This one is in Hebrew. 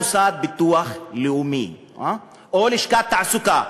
המוסד לביטוח לאומי או לשכת תעסוקה,